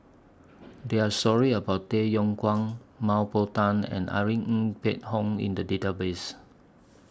There Are stories about Tay Yong Kwang Mah Bow Tan and Irene Ng Phek Hoong in The Database